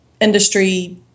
industry